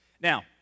Now